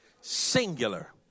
Singular